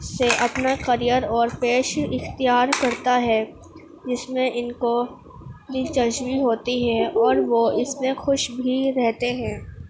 سے اپنا کریئر اور پیش اختیار کرتا ہے جس میں ان کو دلچسپی ہوتی ہے اور وہ اس میں خوش بھی رہتے ہیں